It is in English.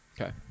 Okay